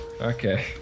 Okay